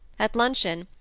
at luncheon,